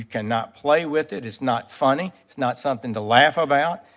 cannot play with it. it's not funny. it's not something to laugh about.